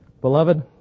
Beloved